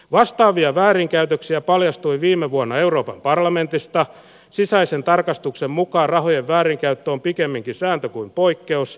vastaavia väärinkäytöksiä paljastui viime vuonna euroopan parlamentista sisäisen tarkastuksen mukaan rahojen väärinkäyttö on pikemminkin sääntö kuin poikkeus